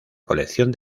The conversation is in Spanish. colección